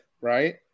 Right